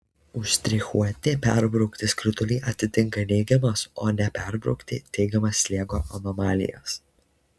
užštrichuoti perbraukti skrituliai atitinka neigiamas o neperbraukti teigiamas slėgio anomalijas